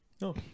no